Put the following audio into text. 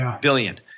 billion